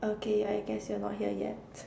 okay I guess you are not here yet